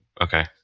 okay